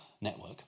network